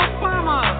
Obama